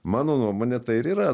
mano nuomone tai ir yra